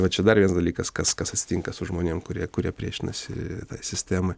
va čia dar vienas dalykas kas kas atsitinka su žmonėm kurie kurie priešinasi sistemai